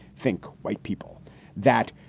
think white people that.